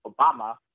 Obama